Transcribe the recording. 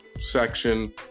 section